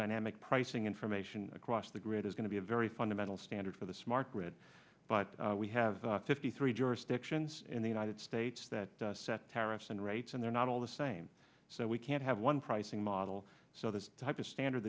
dynamic pricing information across the grid is going to be a very fundamental standard for the smart grid but we have fifty three jurisdictions in the united states that set terrace and rates and they're not all the same so we can't have one pricing model so this type of standard